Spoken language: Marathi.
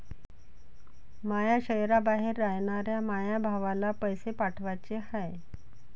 माया शैहराबाहेर रायनाऱ्या माया भावाला पैसे पाठवाचे हाय